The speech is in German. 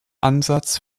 ansatz